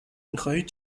میخواهید